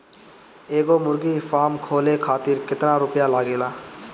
एगो मुर्गी फाम खोले खातिर केतना रुपया लागेला?